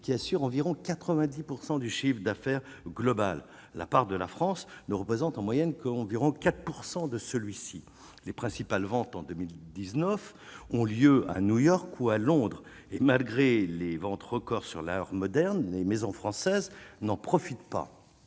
qui assure environ 90 pourcent du chiffre d'affaires global la part de la France ne représente en moyenne qu'environ 4 pour 100 de celui-ci, les principales ventes en 2019 ont lieu à New York ou à Londres et, malgré les ventes record sur l'art moderne, les maisons françaises n'en profite pas